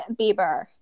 Bieber